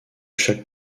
chaque